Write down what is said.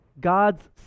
God's